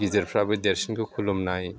गिदिरफ्राबो देरसिनखौ खुलुमनाय